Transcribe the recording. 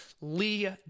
Lee